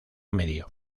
medio